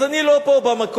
אז אני לא פה בַּמקום,